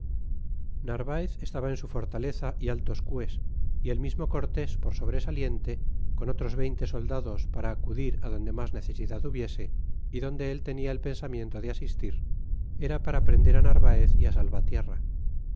narvaez estaba en su fortaleza é altos cues y el mismo cortés por sobresaliente con otros veinte soldados para acudir adonde mas necesidad hubiese y donde él tenia el pensamiento de asistir era para prender narvaez y salvatierra